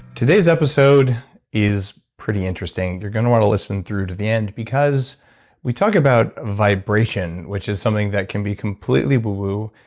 today's episode is pretty interesting. you're going to want to listen through to the end, because we talk about vibration, which is something that can be completely woo-woo.